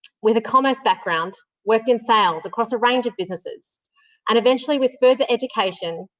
with a commerce background, worked in sales across a range of businesses and eventually, with further education,